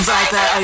Viper